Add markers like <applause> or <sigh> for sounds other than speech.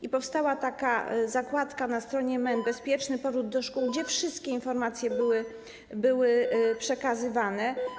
I powstała taka zakładka na stronie MEN: <noise> bezpieczny powrót do szkół, gdzie wszystkie informacje były przekazywane.